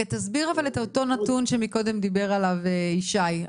תסביר את אותו נתון שקודם דיבר עליו ישי.